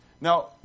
Now